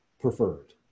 preferred